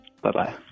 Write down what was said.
Bye-bye